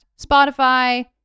Spotify